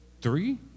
Three